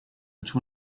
which